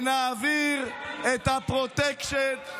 נעביר את הפרוטקשן,